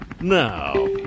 now